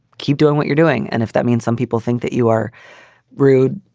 keep doing what you're doing. and if that means some people think that you are rude.